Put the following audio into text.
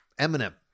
Eminem